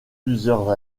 plusieurs